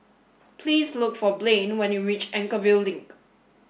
please look for Blain when you reach Anchorvale Link